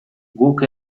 guk